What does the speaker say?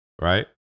right